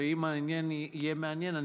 ואם יהיה מעניין,